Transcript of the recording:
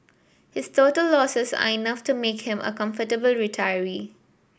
his total losses are enough to make him a comfortable retiree